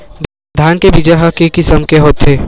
धान के बीजा ह के किसम के होथे?